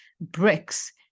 bricks